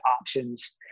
options